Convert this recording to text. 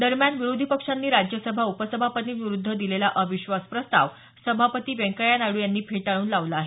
दरम्यान विरोधी पक्षांनी राज्यसभा उपसभापतिंविरूद्ध दिलेला अविश्वास प्रस्ताव सभापती व्यकय्या नायड्र यानी फेटाळून लावला आहे